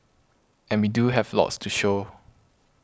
and we do have lots to show